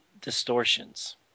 distortions